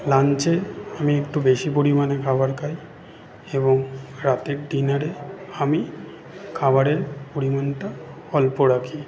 লাঞ্চে আমি একটু বেশি পরিমাণে খাবার খাই এবং রাতের ডিনারে আমি খাবারের পরিমাণটা অল্প রাখি